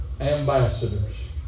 ambassadors